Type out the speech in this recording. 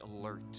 alert